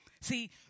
See